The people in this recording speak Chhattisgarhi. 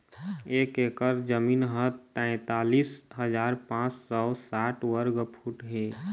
एक एकर जमीन ह तैंतालिस हजार पांच सौ साठ वर्ग फुट हे